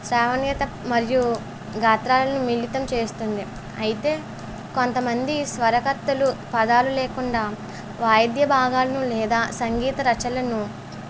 శ్రావణీత మరియు గాత్రాలను మిళితం చేస్తుంది అయితే కొంతమంది స్వరకర్తలు పదాలు లేకుండా వాయిద్య భాగాలను లేదా సంగీత రచలను